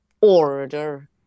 order